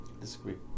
Disagree